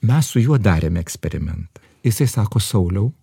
mes su juo darėm eksperimentą jisai sako sauliau